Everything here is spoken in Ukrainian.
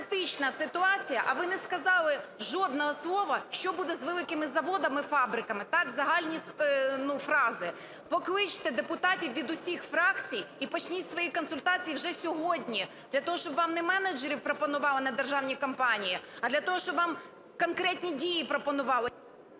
критична ситуація, а ви не сказали жодного слова, що буде з великими заводами, фабриками – так, загальні фрази. Покличте депутатів від усіх фракцій і почніть свої консультації вже сьогодні для того, щоб вам не менеджерів пропонували на державні компанії, а для того, щоб вам конкретні дії пропонували.